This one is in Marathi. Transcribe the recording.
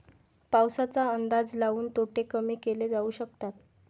पाऊसाचा अंदाज लाऊन तोटे कमी केले जाऊ शकतात